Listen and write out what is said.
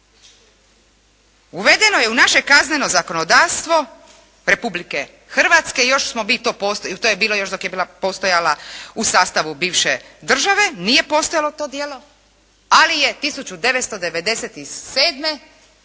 uvedeno je u naše kazneno zakonodavstvo Republike Hrvatske. To je bilo još dok je bila postojala u sastavu bivše države, nije postojalo to djelo ali je 1997.